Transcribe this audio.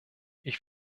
ich